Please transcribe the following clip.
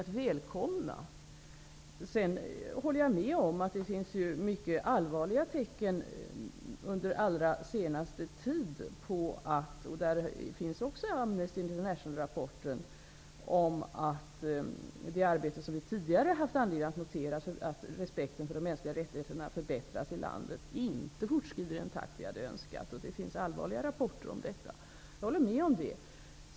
Detta välkomnar vi. Jag håller med om att det under den allra senaste tiden finns mycket allvarliga tecken som -- det finns också med i rapporten från Amnesty -- tyder på att det arbete som vi tidigare haft anledning att notera när det gäller förbättringen av respekten för de mänskliga rättigheterna inte fortskrider i den takt som vi önskar. Rapporterna i anledning av detta är allvarliga, vilket jag håller med om.